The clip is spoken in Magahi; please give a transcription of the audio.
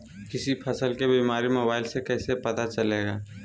किसी फसल के बीमारी मोबाइल से कैसे पता चलेगा?